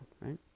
right